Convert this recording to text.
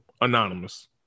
Anonymous